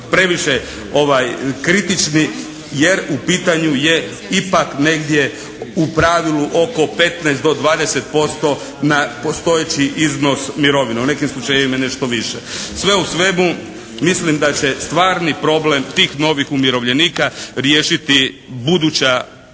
previše kritični jer u pitanju je ipak negdje u pravilu oko 15 do 20% na postojeći iznos mirovine, u nekim slučajevima je nešto više. Sve u svemu mislim da će stvarni problem tih novih umirovljenika riješiti buduća